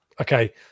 Okay